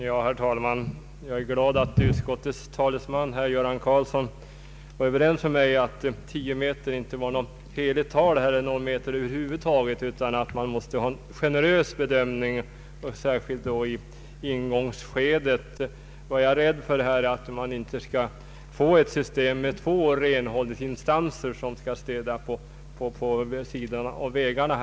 Herr talman! Det gläder mig att utskottets talesman, herr Göran Karlsson, var överens med mig om att tio meter inte är något heligt tal — och inte heller är något annat tal det — utan att det måste ske en generös bedömning, särskilt i ingångsskedet. Vad jag är rädd för är ett system med två renhållningsinstanser som skall städa vid sidan av vägarna.